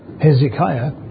Hezekiah